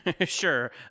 Sure